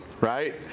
right